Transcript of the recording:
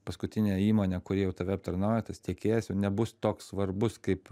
paskutinė įmonė kuri jau tave aptarnauja tas tiekėjas jau nebus toks svarbus kaip